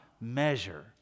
measure